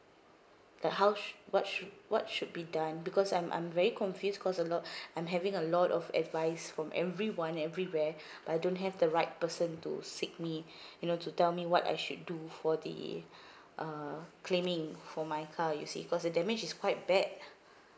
that how sh~ what should what should be done because I'm I'm very confused cause a lot I'm having a lot of advice from everyone everywhere but I don't have the right person to seek me you know to tell me what I should do for the uh claiming for my car you see cause the damage is quite bad